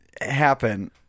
happen